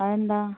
അതെന്താണ്